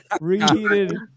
Reheated